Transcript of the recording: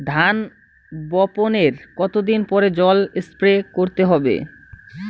ধান বপনের কতদিন পরে জল স্প্রে করতে হবে?